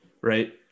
right